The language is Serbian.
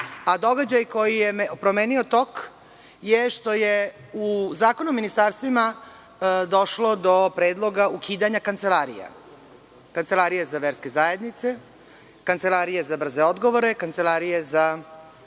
Događaj koji je promenio tok je što je u Zakonu o ministarstvima došlo do predloga ukidanja kancelarija, Kancelarije za verske zajednice, Kancelarije za brze odgovore, Kancelarije za